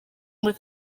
muri